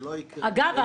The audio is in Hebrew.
אגב,